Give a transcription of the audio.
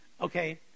Okay